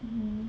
mm